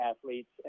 athletes